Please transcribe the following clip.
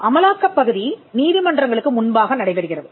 அமலாக்கப் பகுதி நீதிமன்றங்களுக்கு முன்பாக நடைபெறுகிறது